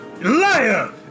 Liar